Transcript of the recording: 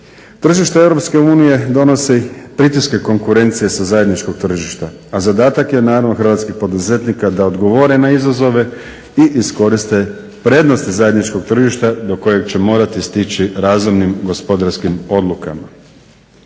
unije donosi pritiske konkurencije sa zajedničkog tržišta, a zadatak je naravno hrvatskih poduzetnika da odgovore na izazove i iskoriste prednosti zajedničkog tržišta do kojeg će morati stići razumnim gospodarskim odlukama.